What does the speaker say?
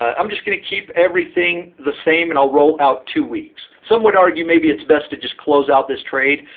i'm just going to keep everything the same, and i'll roll out two weeks. some would argue maybe it's best to just close out this trade,